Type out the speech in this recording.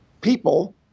people –